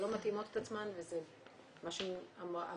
הן לא מתאימות את עצמן וזה כמו שאמרת,